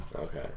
okay